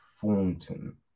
Thornton